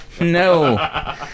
No